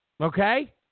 Okay